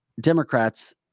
Democrats